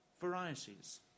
varieties